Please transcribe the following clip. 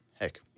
Heck